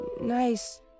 nice